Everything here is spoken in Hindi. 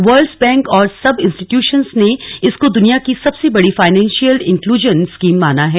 वर्ल्ड बैंक और सब इंस्टीट्यूषंस ने इसको दुनिया की सबसे बड़ी फाइनेंषियल इनक्लूजन स्कीम माना है